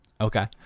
Okay